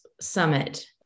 summit